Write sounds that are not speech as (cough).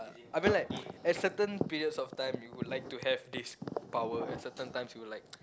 uh I mean like at certain periods of time you would lie to have this power at certain times you'll like (noise)